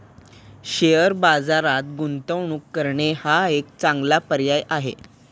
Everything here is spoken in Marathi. शेअर बाजारात गुंतवणूक करणे हा एक चांगला पर्याय आहे